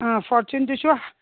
ꯑꯥ ꯐꯣꯔꯆꯨꯟꯗꯨꯁꯨ